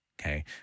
okay